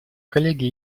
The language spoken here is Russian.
коллеги